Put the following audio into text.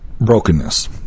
brokenness